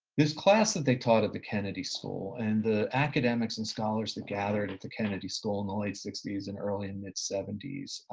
this class that they taught at the kennedy school and the academics and scholars that gathered at the kennedy school in the late sixties and early and mid-seventies,